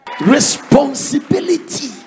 Responsibility